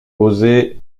posé